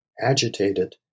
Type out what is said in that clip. agitated